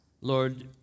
Lord